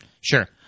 Sure